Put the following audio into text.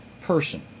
person